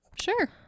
sure